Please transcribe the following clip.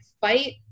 fight